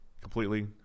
completely